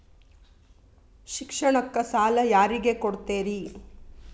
ಶಿಕ್ಷಣಕ್ಕ ಸಾಲ ಯಾರಿಗೆ ಕೊಡ್ತೇರಿ?